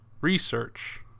research